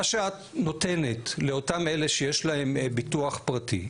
שאת נותנת לאותם אלה שיש להם ביטוח פרטי,